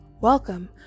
welcome